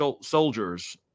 soldiers